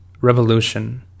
revolution